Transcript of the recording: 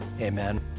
Amen